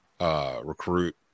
recruit